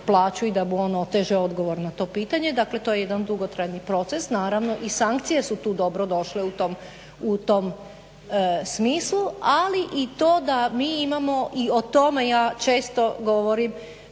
i da … teže odgovorno to pitanje. Dakle to je jedan dugotrajni proces, naravno i sankcije su tu dobrodošle u tom smislu. Ali i to da mi imamo i o tome ja često govorim